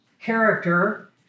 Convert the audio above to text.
character